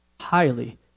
highly